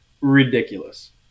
ridiculous